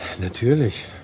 Natürlich